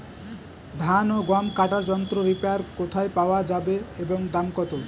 ধান ও গম কাটার যন্ত্র রিপার কোথায় পাওয়া যাবে এবং দাম কত?